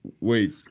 wait